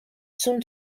soon